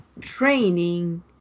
training